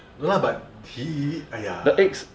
no lah but he !aiya!